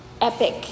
epic